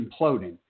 imploding